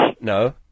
No